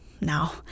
now